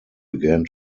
began